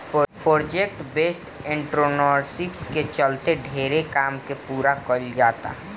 project based entrepreneurship के चलते ढेरे काम के पूरा कईल जाता